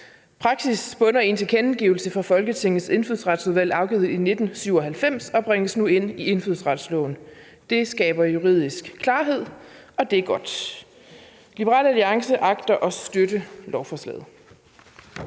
Praksis bunder i en tilkendegivelse fra Folketingets Indfødsretsudvalg afgivet i 1997 og bringes nu ind i indfødsretsloven. Det skaber juridisk klarhed, og det er godt. Liberal Alliance agter at støtte lovforslaget.